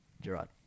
Gerard